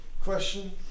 Question